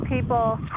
people